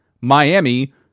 Miami